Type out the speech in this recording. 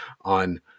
on